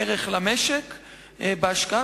ערך למשק בהשקעה,